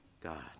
God